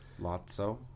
Lotso